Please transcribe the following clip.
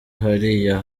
hariya